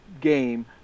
game